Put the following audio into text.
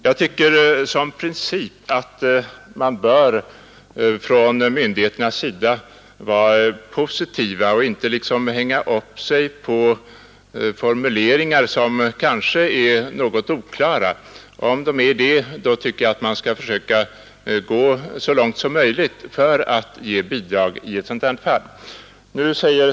Jag tycker att myndigheterna rent principiellt bör vara positiva och inte liksom hänga upp sig på formuleringar som kanske är något oklara. Jag tycker alltså att man skall försöka gå så långt som möjligt för att ge bidrag i ett sådant fall som detta.